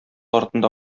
артында